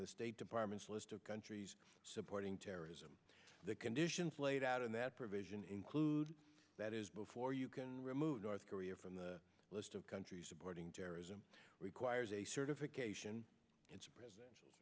the state department's list of countries supporting terrorism the conditions laid out in that provision include that is before you can remove north korea from the list of countries supporting terrorism requires a certification it's present